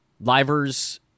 livers